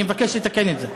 אני מבקש לתקן את זה.